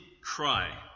cry